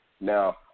Now